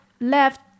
left